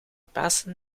pasen